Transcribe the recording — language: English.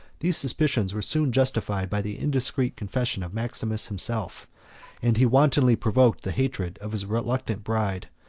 these suspicions were soon justified by the indiscreet confession of maximus himself and he wantonly provoked the hatred of his reluctant bride,